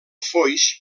foix